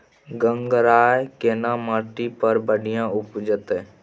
गंगराय केना माटी पर बढ़िया उपजते?